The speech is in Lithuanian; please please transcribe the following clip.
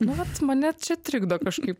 nu vat mane čia trikdo kažkaip